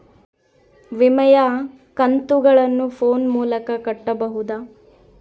ವಿಮೆಯ ಕಂತುಗಳನ್ನ ಫೋನ್ ಮೂಲಕ ಕಟ್ಟಬಹುದಾ?